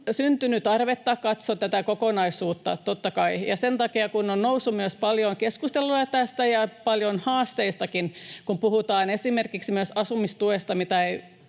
on syntynyt tarvetta katsoa tätä kokonaisuutta, totta kai, ja sen takia, kun on noussut myös paljon keskustelua tästä ja paljon haasteistakin, kun puhutaan esimerkiksi myös asumistuesta